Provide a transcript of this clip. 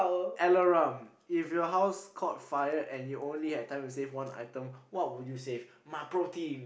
alarum if your house caught fire and you only had time to save one item what would you save my pro team